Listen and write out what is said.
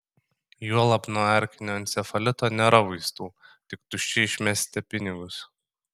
juolab nuo erkinio encefalito nėra vaistų tik tuščiai išmesite pinigus